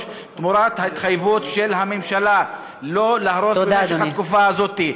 תמורת התחייבות של הממשלה לא להרוס במשך התקופה הזאת.